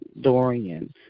Dorian